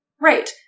Right